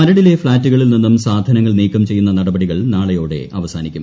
മരടിലെ ഫ്ളാറ്റുകളിൽ നിന്നും സാധനങ്ങൾ നീക്കം ചെയ്യുന്ന നടപടികൾ നാളെയോടെ അവസാനിക്കും